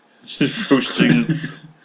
posting